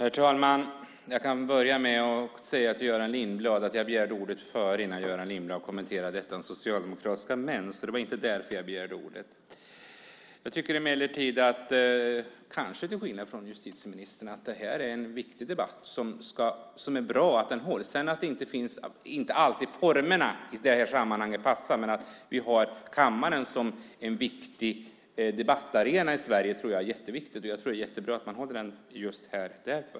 Fru talman! Jag kan börja med att säga till Göran Lindblad att jag begärde ordet innan han gjorde sin kommentar om socialdemokratiska män. Det var alltså inte därför jag begärde ordet. Jag tycker emellertid - kanske till skillnad från justitieministern - att det här är en viktig debatt, och det är bra att den hålls. Att sedan inte formerna alltid passar i det här sammanhanget må vara, men det är jätteviktigt att ha kammaren som debattarena i Sverige. Det är mycket bra att debatten hålls just här.